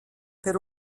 per